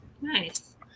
nice